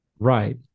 Right